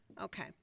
Okay